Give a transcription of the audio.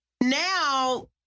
Now